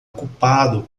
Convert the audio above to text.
ocupado